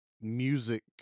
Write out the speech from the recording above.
music